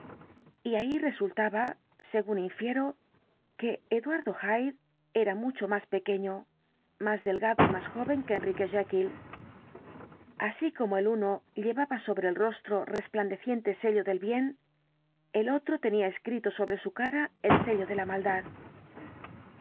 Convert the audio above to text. y de ahí resultaba según infiero que eduardo el dr jekyll hyde era mucho más pequeño más delgado y más joven que enrique jekyll así como el uno llevaba sobre el rostro el resplandeciente sello del bien el otro tenía escrito sobre su cara el sello de la maldad